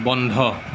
বন্ধ